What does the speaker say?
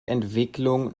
entwicklung